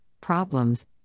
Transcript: problems